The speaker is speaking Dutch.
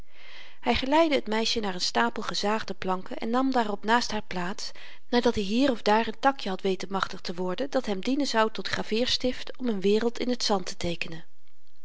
hy geleidde t meisje naar n stapel gezaagde planken en nam daarop naast haar plaats nadat i hier of daar n takje had weten machtig te worden dat hem dienen zou tot graveerstift om n wereld in t zand te teekenen